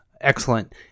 Excellent